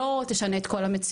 לא תשנה את כל המציאות.